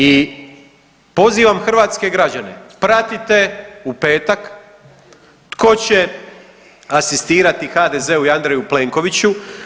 I pozivam hrvatske građane, pratite u petak tko će asistirati HDZ-u i Andreju Plenkoviću.